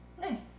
Nice